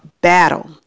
battle